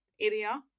area